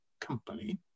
company